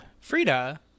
Frida